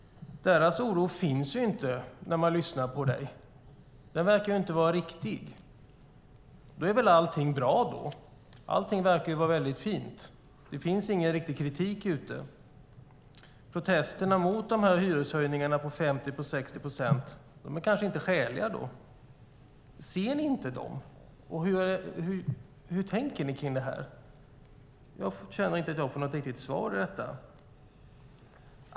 Deras oro finns inte när man lyssnar på dig. Den verkar inte vara riktig. Då är väl allting bra då? Allting verkar ju vara väldigt fint. Det finns ingen riktig kritik ute. Protesterna mot hyreshöjningarna på 50-60 procent kanske inte är skäliga då. Ser ni inte dem? Hur tänker ni kring det här? Jag känner inte att jag får något riktigt svar på detta.